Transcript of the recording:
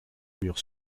mur